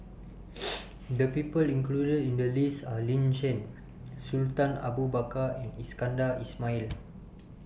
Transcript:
The People included in The list Are Lin Chen Sultan Abu Bakar and Iskandar Ismail